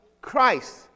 Christ